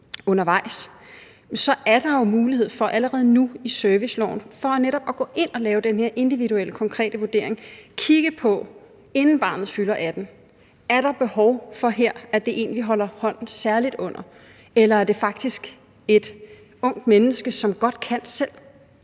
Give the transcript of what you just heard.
undervejs, så er der jo mulighed for allerede nu i serviceloven netop at gå ind og lave den her individuelle og konkrete vurdering, nemlig kigge på, inden barnet fylder 18 år, om der her er behov for, at vi egentlig holder hånden særligt under den unge, eller om det faktisk er et ungt menneske, som godt kan selv